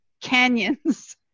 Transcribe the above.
canyons